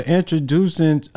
introducing